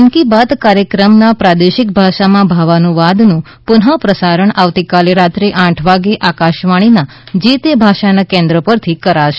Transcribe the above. મન કી બાત કાર્યક્રમના પ્રાદેશિક ભાષામાં ભાવાનુવાદનું પુનઃપ્રસારણ આવતીકાલે રાત્રે આઠ વાગે આકાશવાણીના જે તે ભાષાના કેન્દ્રો પરથી કરાશે